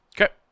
Okay